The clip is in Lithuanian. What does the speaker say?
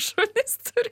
šunys turi